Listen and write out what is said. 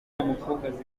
ubushakashatsi